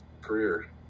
career